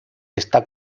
está